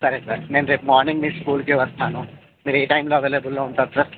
సరే సార్ నేను రేపు మార్నింగ్ మీ స్కూల్కి వస్తాను మీరు ఏ టైంలో అవైలబుల్లో ఉంటారు సార్